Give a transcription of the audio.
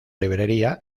librería